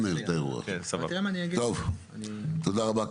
תודה רבה.